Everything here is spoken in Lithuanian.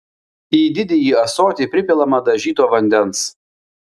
į didįjį ąsotį pripilama dažyto vandens